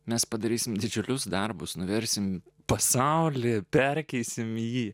mes padarysime didžiulius darbus nuversime pasaulį perkeisime jį